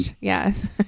Yes